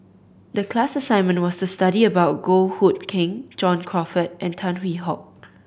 the class assignment was to study about Goh Hood Keng John Crawfurd and Tan Hwee Hock